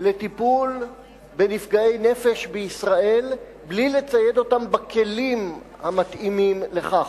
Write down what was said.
לטיפול בנפגעי נפש בישראל בלי לצייד אותן בכלים המתאימים לכך,